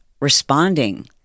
responding